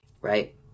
Right